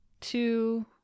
two